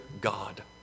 God